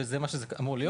וזה מה שזה אמור להיות.